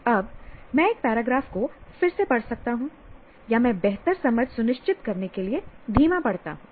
अब मैं एक पैराग्राफ को फिर से पढ़ सकता हूं या मैं बेहतर समझ सुनिश्चित करने के लिए धीमा पढ़ता हूं